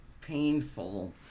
painful